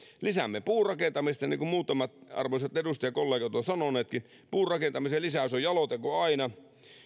lisäämme puurakentamista niin kuin muutamat arvoisat edustajakollegat ovat sanoneetkin puurakentamisen lisäys on jalo teko aina